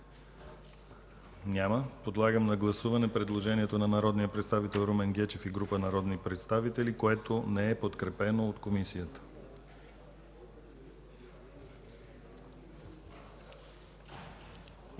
Няма. Подлагам на гласуване предложението на народния представител Румен Гечев и група народни представители, което не е подкрепено от Комисията.